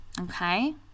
Okay